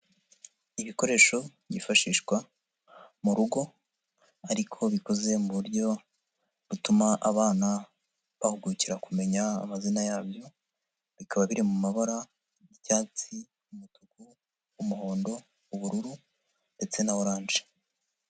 Ibikoresho byifashishwa mu rugo ariko bikoze mu buryo butuma abana bahugukira kumenya amazina yabyo, bikaba biri mu mabara y'icyatsi, umutuku, umuhondo, ubururu ndetse na orange.